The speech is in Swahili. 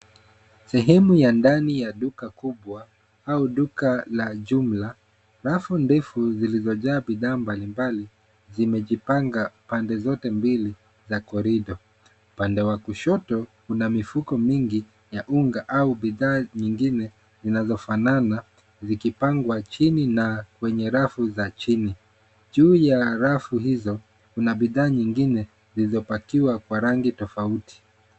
Sehemu ya ndani ya duka kubwa au duka la jumla. Rafu ndefu zilizojaa bidhaa mbalimbali, zimejipanga pande zote mbili za corridor . Upande wa kushoto kuna mifuko mingi ya unga au bidhaa zingine zinazofanana, zikipangwa chini na kwenye rafu za chini. Juu ya rafu hizo kuna bidhaa zingine, zilizopakiwa kwa rangi tofauti.